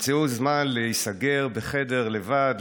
תמצאו זמן להיסגר בחדר לבד,